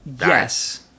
Yes